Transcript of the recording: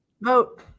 Vote